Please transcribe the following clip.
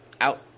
out